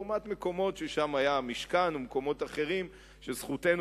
לעומת מקומות ששם היה המשכן או מקומות אחרים שזכותנו